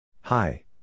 Hi